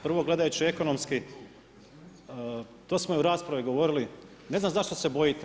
Prvo gledajući ekonomski, to smo i u raspravi govorili, ne znam zašto se bojite.